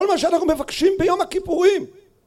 כל מה שאנחנו מבקשים ביום הכיפורים